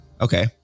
Okay